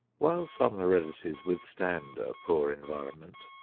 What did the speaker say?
while some heredities withstand a poor environment,